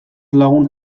lagun